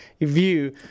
view